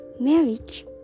marriage